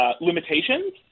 limitations